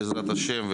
בעזרת השם,